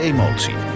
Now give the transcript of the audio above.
Emotie